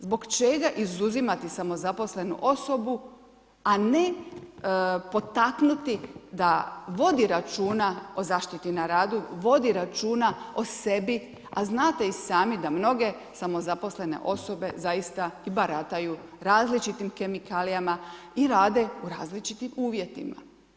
Zbog čega izuzimati samozaposlenu osobu, a ne potaknuti da vodi računa o zaštiti radu, vodi računa o sebi, a znate i sami da mnoge samozaposlene osobe zaista i barataju različitim kemikalijama i rade u različitim uvjetima?